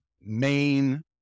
main